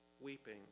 weeping